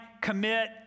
commit